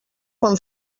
quan